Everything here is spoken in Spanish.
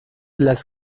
las